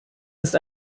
ist